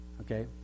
okay